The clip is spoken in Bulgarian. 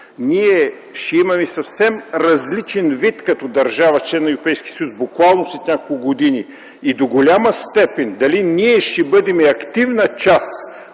Ние ще имаме съвсем различен вид като държава – член на Европейския съюз след няколко години и до голяма степен дали ние ще бъдем активна част